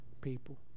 people